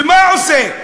ומה הוא עושה?